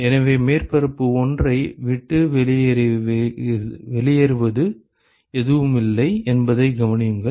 எனவே மேற்பரப்பு 1 ஐ விட்டு வெளியேறுவது எதுவும் இல்லை என்பதைக் கவனியுங்கள்